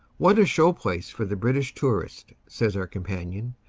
what a show-place for the british tourist, says our com panion.